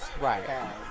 Right